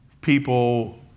People